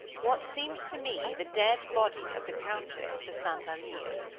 what seemed to me the dead body of the countess de st. alyre.